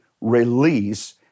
release